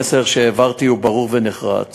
המסר שהעברתי הוא ברור ונחרץ: